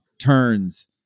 turns